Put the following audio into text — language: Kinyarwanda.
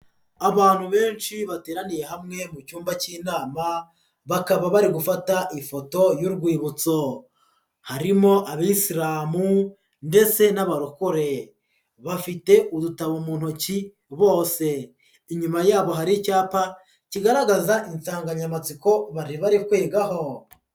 Abantu benshi bateraniye hamwe mu cyumba k'inama, bakaba bari gufata ifoto y'urwibutso, harimo abisilamu ndetse n'abarokore, bafite udutabo mu ntoki bose, inyuma yabo hari icyapa kigaragaza insanganyamatsiko bari bari kwigaho.